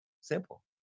Simple